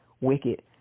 wicked